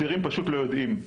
הצעירים פשוט לא יודעים,